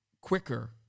quicker